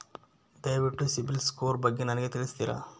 ದಯವಿಟ್ಟು ಸಿಬಿಲ್ ಸ್ಕೋರ್ ಬಗ್ಗೆ ನನಗೆ ತಿಳಿಸ್ತೀರಾ?